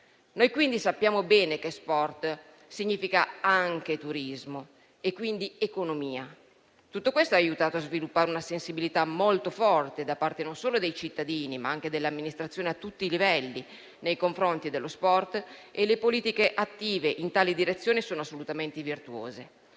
Noi quindi sappiamo bene che sport significa anche turismo e, quindi, economia. Tutto questo ha aiutato a sviluppare una sensibilità molto forte da parte non solo dei cittadini, ma anche dell'amministrazione a tutti i livelli nei confronti dello sport, e le politiche attive in tale direzione sono assolutamente virtuose.